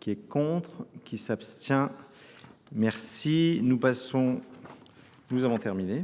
qui est contre, qui s'abstient. Merci. Nous passons... Nous avons terminé.